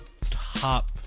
top